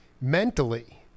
mentally